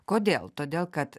kodėl todėl kad